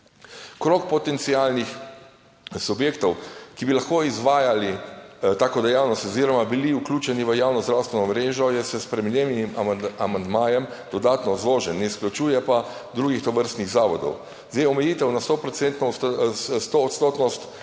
Krog potencialnih subjektov, ki bi lahko izvajali tako dejavnost oziroma bili vključeni v javno zdravstveno mrežo je s spremenjenim amandmajem dodatno zožen, ne izključuje pa drugih tovrstnih zavodov. Zdaj, omejitev na sto